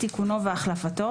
תיקונו והחלפתו,